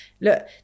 Look